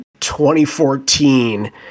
2014